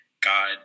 God